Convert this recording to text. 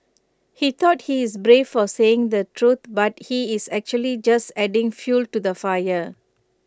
he thought he's brave for saying the truth but he's actually just adding fuel to the fire